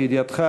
לידיעתך,